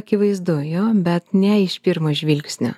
akivaizdu jo bet ne iš pirmo žvilgsnio